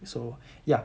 so yeah